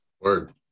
Word